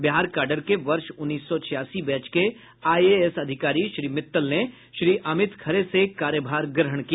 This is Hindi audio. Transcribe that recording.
बिहार काडर के वर्ष उन्नीस सौ छियासी बैच के आई ए एस अधिकारी श्री मित्तल ने श्री अमित खरे से कार्यभार ग्रहण किया